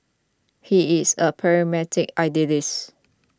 he is a pragmatic idealist